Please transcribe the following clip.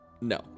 No